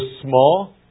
small